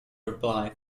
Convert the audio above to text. reply